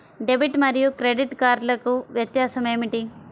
Debit మరియు credit కార్డ్లకు వ్యత్యాసమేమిటీ?